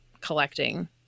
collecting